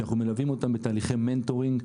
שאנחנו מלווים אותם בתהליכי mentoring,